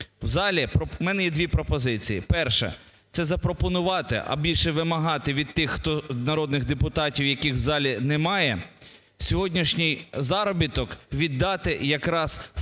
В мене є дві пропозиції. Перша – це запропонувати, а більше вимагати від тих народних депутатів, яких в залі немає, сьогоднішній заробіток віддати якраз в